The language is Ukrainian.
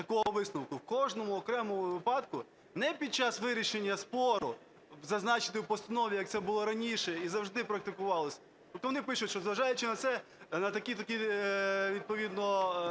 окремому випадку. Не під час вирішення спору зазначити у постанові, як це було раніше і завжди практикувалось. От вони пишуть, що, заважаючи на це, на такі-такі відповідно